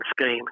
scheme